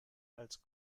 als